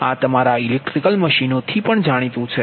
આ તમારા ઇલેક્ટ્રિકલ મશીનો થી પણ જાણીતું છે